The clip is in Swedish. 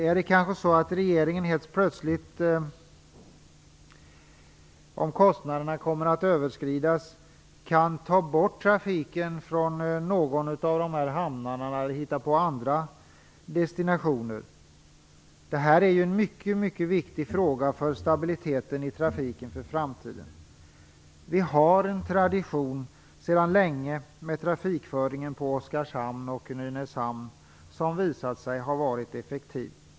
Är det kanske så att regeringen helt plötsligt, om kostnaderna överskrids, kan ta bort trafiken från någon av de här hamnarna och hitta på andra destinationer? Det här är en mycket viktig fråga för stabiliteten i trafiken i framtiden. Vi har sedan länge en tradition när det gäller trafikföringen på Oskarshamn och Nynäshamn, vilken har visat sig vara effektiv.